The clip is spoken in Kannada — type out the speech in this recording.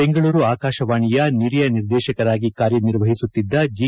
ಬೆಂಗಳೂರು ಆಕಾಶವಾಣಿಯ ನಿಲಯ ನಿರ್ದೇಶಕರಾಗಿ ಕಾರ್ಯನಿರ್ವಹಿಸುತ್ತಿದ್ದ ಜಿ